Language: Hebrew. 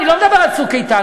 אני לא מדבר על "צוק איתן",